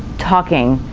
talking,